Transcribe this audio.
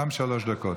גם שלוש דקות.